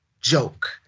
joke